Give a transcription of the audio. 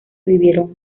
vivieron